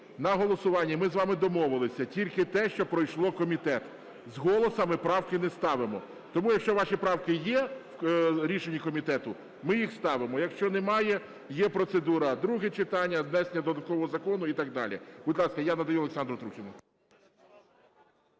на голосування, і ми з вами домовилися, тільки те, що пройшло комітет. З голосу ми правки не ставимо. Тому, якщо ваші правки є в рішенні комітету, ми їх ставимо. Якщо немає, є процедура "друге читання", внесення до такого закону і так далі. Будь ласка, я надаю Олександру Трухіну.